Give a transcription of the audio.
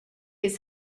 his